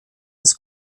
des